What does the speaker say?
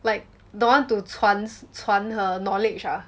like don't want to 传传 her knowledge ah